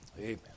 Amen